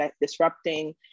disrupting